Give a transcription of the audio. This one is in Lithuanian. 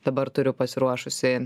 dabar turiu pasiruošusi